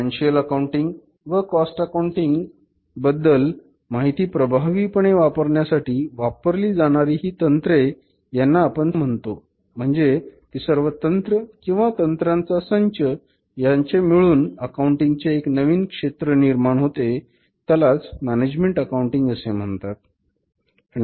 financial accounting व cost accounting बद्दल माहिती प्रभावीपणे वापरण्यासाठी वापरली जाणारी ही तंत्रे यांना आपण संच म्हणतो म्हणजे ती सर्व तंत्र किंवा तंत्रांचा संच यांचे मिळून अकाउंटिंग चे एक नवीन क्षेत्र निर्माण होते त्यालाच मॅनेजमेण्ट अकाऊण्टिंग असे म्हणतात